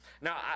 Now